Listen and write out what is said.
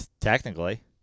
technically